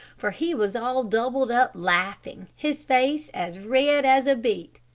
for he was all doubled up laughing, his face as red as a beet.